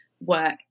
work